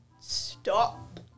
Stop